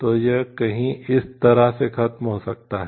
तो यह कहीं इस तरह से खत्म हो सकता है